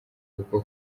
kuko